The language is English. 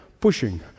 pushing